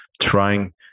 trying